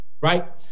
Right